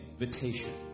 invitation